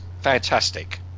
fantastic